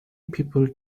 people